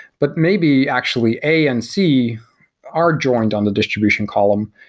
but maybe actually a and c are joined on the distribution column,